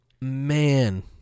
Man